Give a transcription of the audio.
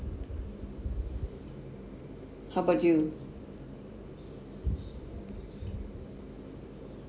how about you